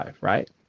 right